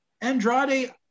andrade